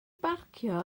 barcio